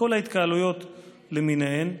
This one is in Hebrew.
בכל ההתקהלויות למיניהן.